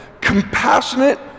compassionate